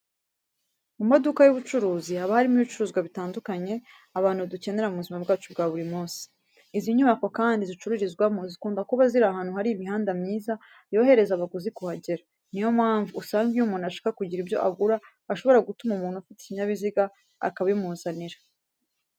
Mu maduka y'ubucuruzi haba harimo ibicuruzwa bitandukanye abantu dukenera mu buzima bwacu bwa buri munsi. Izi nyubako kandi zicururizwamo, zikunda kuba ziri ahantu hari imihanda myiza yorohereza abaguzi kuhagera. Niyo mpamvu usanga iyo umuntu ashaka kugira ibyo agura ashobora gutuma umuntu ufite ikinyabiziga akabimuzanira.